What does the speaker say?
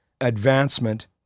advancement